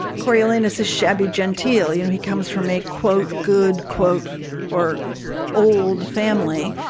coriolanus is shabby. gentille, you know, he comes from a, quote, good quote or old family,